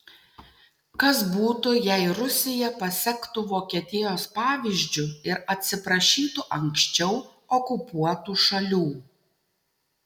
kas būtų jei rusija pasektų vokietijos pavyzdžiu ir atsiprašytų anksčiau okupuotų šalių